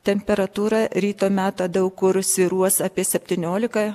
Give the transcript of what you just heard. temperatūra ryto metą daug kur svyruos apie septyniolika